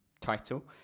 title